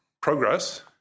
progress